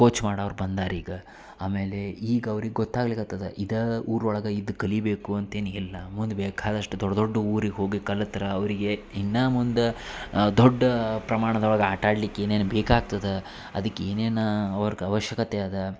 coach ಮಾಡೋವ್ರ್ ಬಂದಾರ ಈಗ ಆಮೇಲೆ ಈಗ ಅವ್ರಿಗೆ ಗೊತ್ತಾಗ್ಲಿಕತ್ತದೆ ಇದೇ ಊರು ಒಳಗೆ ಇದು ಕಲೀಬೇಕು ಅಂತ ಏನಿಲ್ಲ ಮುಂದೆ ಬೇಕಾದಷ್ಟು ದೊಡ್ಡ ದೊಡ್ಡ ಊರಿಗೆ ಹೋಗಿ ಕಲಿತ್ರೆ ಅವರಿಗೆ ಇನ್ನೂ ಮುಂದೆ ದೊಡ್ಡ ಪ್ರಮಾಣದೊಳಗೆ ಆಟಾಡ್ಲಿಕ್ಕೆ ಏನೇನು ಬೇಕಾಗ್ತದೆ ಅದಕ್ಕೆ ಏನೇನು ಅವರಿಗೆ ಅವಶ್ಯಕತೆ ಅದಾ